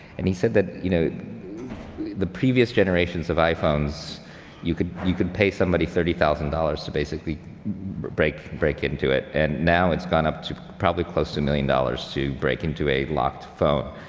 and he said, the you know the previous generations of iphones you could you could pay somebody thirty thousand dollars to basically break break into it. and now it's gone up to probably close to a million dollars to break into a locked phone,